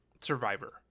survivor